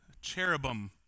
cherubim